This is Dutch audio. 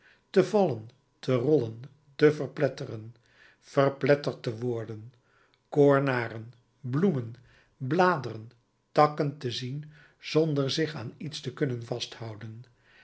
te vallen te rollen te verpletteren verpletterd te worden koornaren bloemen bladeren takken te zien zonder zich aan iets te kunnen vasthouden